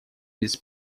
без